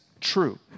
true